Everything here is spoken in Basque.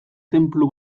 tenplu